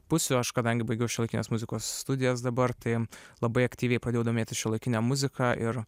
pusių aš kadangi baigiau šiuolaikinės muzikos studijas dabar tai labai aktyviai pradėjau domėtis šiuolaikine muzika ir